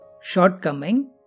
shortcoming